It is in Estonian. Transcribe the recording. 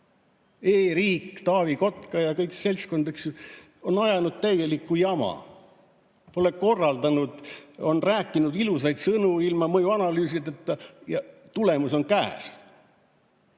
E-riik, Taavi Kotka ja kõik see seltskond on ajanud täielikku jama. Pole korraldanud, on rääkinud ilusaid sõnu, ilma mõjuanalüüsideta. Tulemus on käes.